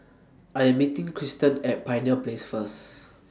I Am meeting Kristan At Pioneer Place First